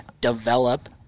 develop